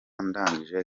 ndangije